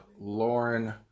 Lauren